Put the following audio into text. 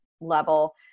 level